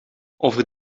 over